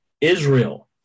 Israel